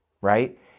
right